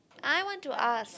I want to ask